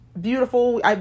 beautiful